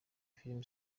filime